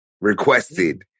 requested